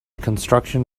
contruction